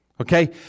okay